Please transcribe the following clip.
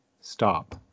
stop